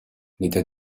l’état